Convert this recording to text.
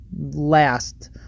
last